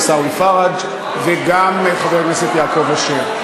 עיסאווי פריג', וגם חבר הכנסת יעקב אשר.